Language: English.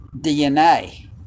DNA